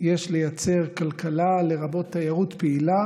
יש לייצר כלכלה, לרבות תיירות פעילה